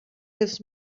his